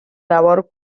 labor